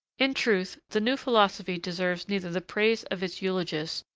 in truth, the new philosophy deserves neither the praise of its eulogists,